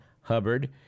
Hubbard